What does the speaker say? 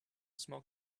smoke